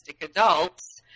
adults